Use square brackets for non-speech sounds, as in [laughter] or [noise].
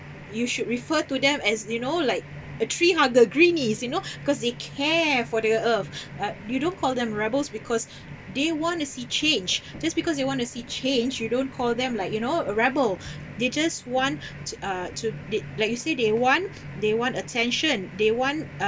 you should refer to them as you know like a tree hugger greenies you know [breath] cause they care for the earth [breath] uh you don't call them rebels because they want to see change just because they want to see change you don't call them like you know a rebel [breath] they just want [breath] to uh to the like you say they want they want attention they want